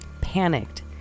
panicked